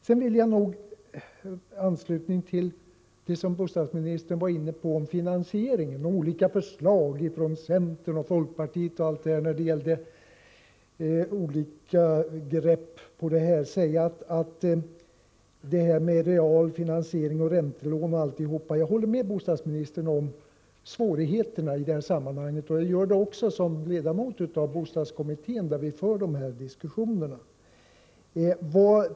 Sedan vill jag i anslutning till det som bostadsministern var inne på beträffande finansieringen och förslagen från centern och folkpartiet om olika grepp på detta med finansiering, räntor m.m. säga att jag håller med bostadsministern om svårigheterna i detta sammanhang. Det gör jag också som ledamot i bostadskommittén, där vi för de här diskussionerna.